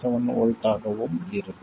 7 V ஆகவும் இருக்கும்